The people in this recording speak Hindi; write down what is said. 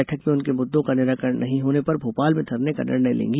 बैठक में उनके मुद्दों का निराकरण नहीं होने पर भोपाल में धरने का निर्णय लेंगी